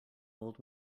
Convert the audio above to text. old